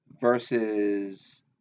versus